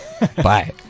Bye